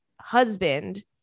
husband